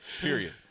period